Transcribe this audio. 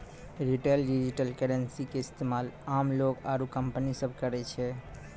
retail digital currency के इस्तेमाल आम लोग आरू कंपनी सब करै छै